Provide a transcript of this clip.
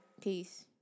Peace